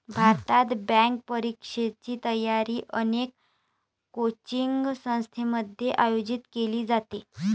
भारतात, बँक परीक्षेची तयारी अनेक कोचिंग संस्थांमध्ये आयोजित केली जाते